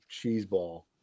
cheeseball